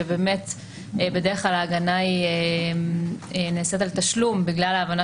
שבאמת בדרך כלל ההגנה נעשית על תשלום בגלל ההבנה